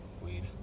weed